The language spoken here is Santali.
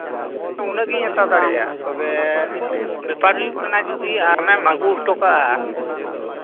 ᱩᱱᱟᱹᱜ ᱜᱤᱧ ᱦᱟᱛᱟᱣ ᱫᱟᱲᱮᱭᱟᱜᱼᱟ ᱛᱚᱵᱮ ᱵᱮᱯᱟᱨ ᱦᱩᱭᱩᱜ ᱠᱟᱱᱟ ᱡᱚᱫᱤ ᱟᱢᱮᱢ ᱟᱹᱜᱩ ᱦᱚᱴᱚ ᱠᱟᱜᱼᱟ